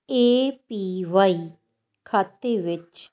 ਏ P Y ਖਾਤੇ ਵਿੱਚ